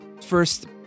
First